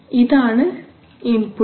ഇതാണ് ഇൻപുട്ട്